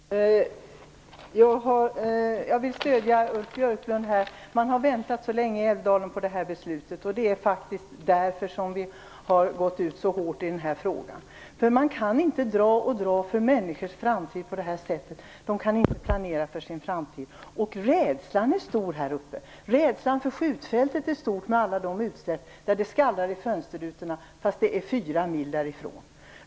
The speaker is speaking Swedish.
Herr talman! Jag vill stödja Ulf Björklund i att man i Älvdalen har väntat så länge på detta beslut. Det är faktiskt därför vi har gått ut så hårt i frågan. Man kan inte dra och dra på människors framtid på det här sättet. De kan inte planera för sin framtid. Rädslan är stor där uppe. Rädslan är stor för skjutfältet med alla dess utsläpp. Det skallrar i fönsterrutorna, trots att skjutfältet ligger 4 mil därifrån.